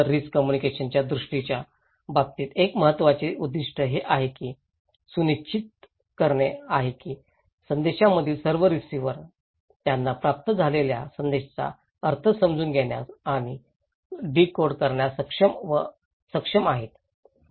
तर रिस्क कम्युनिकेशनच्या उद्दीष्टांच्या बाबतीत एक महत्त्वाचे उद्दीष्ट हे आहे की हे सुनिश्चित करणे आहे की संदेशामधील सर्व रिसिव्हर त्यांना प्राप्त झालेल्या संदेशाचा अर्थ समजून घेण्यास आणि डीकोड करण्यास सक्षम व सक्षम आहेत